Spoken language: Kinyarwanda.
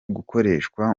gukoreshwa